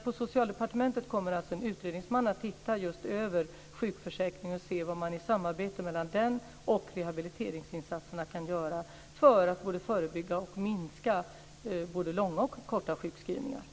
På Socialdepartementet kommer alltså en utredningsman att titta över just sjukförsäkringen och se vad man kan göra vad gäller denna och rehabliteringsinsatserna för att förebygga och minska både långa och korta sjukskrivningar.